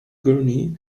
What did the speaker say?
gurnee